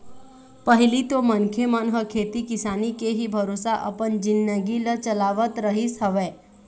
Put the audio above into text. पहिली तो मनखे मन ह खेती किसानी के ही भरोसा अपन जिनगी ल चलावत रहिस हवय